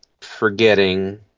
forgetting